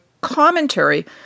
commentary